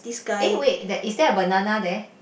eh wait there is there a banana there